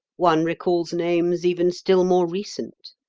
one recalls names even still more recent.